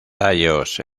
tallos